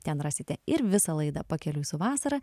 ten rasite ir visą laidą pakeliui su vasara